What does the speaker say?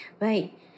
Right